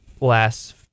last